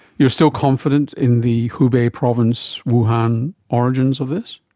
you're still confident in the hubei province, wuhan origins of this?